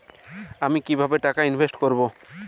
আমি কিভাবে টাকা ইনভেস্ট করব?